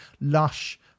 lush